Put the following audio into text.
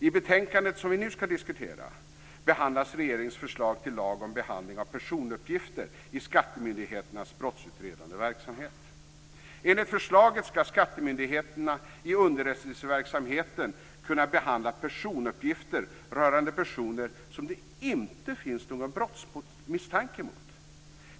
I det betänkande som vi nu diskuterar behandlas regeringens förslag till lag om behandling av personuppgifter i skattemyndigheternas brottsutredande verksamhet. Enligt förslaget skall skattemyndigheterna i underrättelseverksamheten kunna behandla personuppgifter rörande personer som det inte finns någon brottsmisstanke mot.